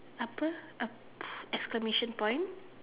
apa uh exclamation point